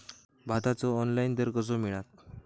भाताचो ऑनलाइन दर कसो मिळात?